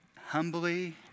humbly